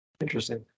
Interesting